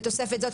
בתוספת זו,